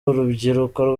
urubyiruko